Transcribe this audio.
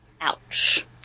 Ouch